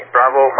Bravo